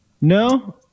no